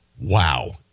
wow